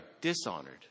dishonored